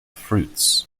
fruits